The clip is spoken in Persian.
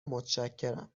متشکرم